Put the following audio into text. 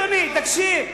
איפה שר, אדוני, תקשיב.